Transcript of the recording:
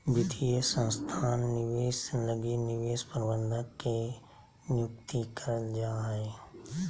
वित्तीय संस्थान निवेश लगी निवेश प्रबंधक के नियुक्ति करल जा हय